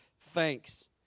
thanks